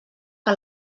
que